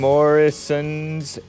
Morrison's